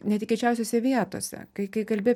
netikėčiausiose vietose kai kai kalbi